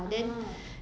ah